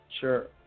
Sure